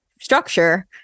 structure